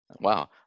Wow